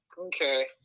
Okay